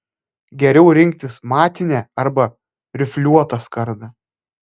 geriau rinktis matinę arba rifliuotą skardą